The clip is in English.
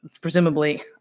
presumably